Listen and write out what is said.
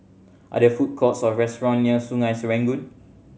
are there food courts or restaurant near Sungei Serangoon